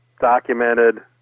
documented